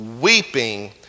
weeping